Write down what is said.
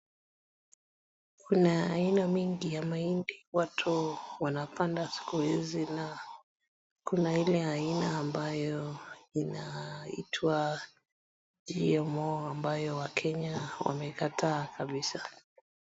Kuna aina mingi ya mahindi watu wanapanda siku hizi na kuna ile aina ambayo inaitwa GMO ambayo wakenya wamekataa kabisa.